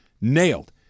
nailed